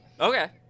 Okay